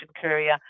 courier